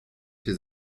się